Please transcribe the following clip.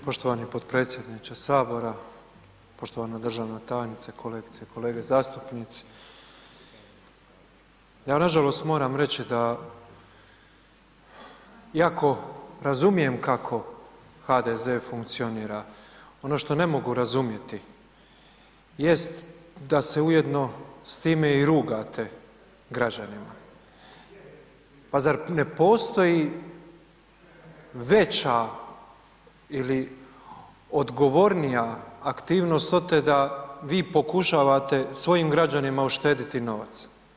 Poštovani podpredsjedniče sabora, poštovana državna tajnice, kolegice i kolege zastupnici, ja nažalost moram reći da iako razumijem kako HDZ funkcionira, ono što ne mogu razumjeti jest da se ujedno s time i rugate građanima, pa zar ne postoji veća ili odgovornija aktivnost od te da vi pokušavate svojim građanima uštediti novac.